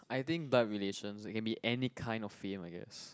I think bad relation it can be any kind of fame I guess